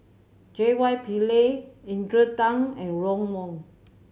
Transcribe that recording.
J Y Pillay Adrian Tan and Ron Wong